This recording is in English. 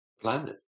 planet